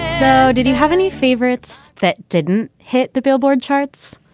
so did you have any favorites that didn't hit the billboard charts?